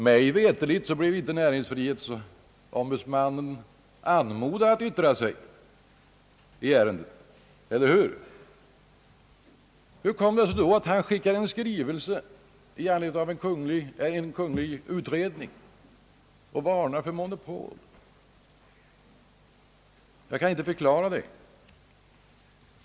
Mig veterligt blev inte näringsfrihetsombudsmannen anmodad att yttra sig i ärendet, eller hur? Hur kommer det sig då att han utarbetar en skrivelse i anledning av en kungl. utredning och varnar för monopol? Jag kan inte förklara det.